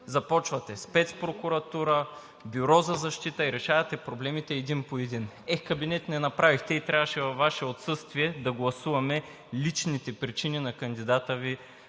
започвате: Спецпрокуратура, Бюро за защита и решавате проблемите един по един. Е, кабинет не направихте и трябваше във Ваше отсъствие да гласуваме личните причини на кандидата Ви